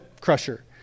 crusher